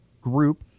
group